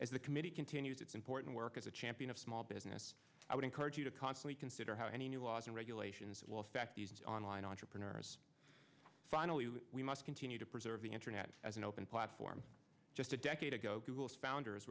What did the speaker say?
the committee continues its important work as a champion of small business i would encourage you to constantly consider how any new laws and regulations will affect these online entrepreneurs finally we must continue to preserve the internet as an open platform just a decade ago google's founders